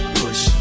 push